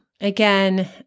Again